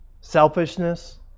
selfishness